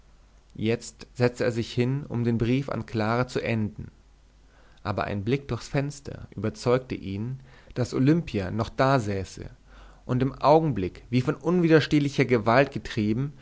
jetzt setzte er sich hin um den brief an clara zu enden aber ein blick durchs fenster überzeugte ihn daß olimpia noch dasäße und im augenblick wie von unwiderstehlicher gewalt getrieben